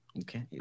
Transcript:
Okay